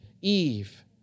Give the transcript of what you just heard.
Eve